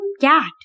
cat